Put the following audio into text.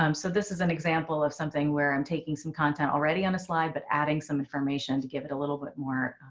um so this is an example of something where i'm taking some content already on a slide, but adding some information to give it a little bit more,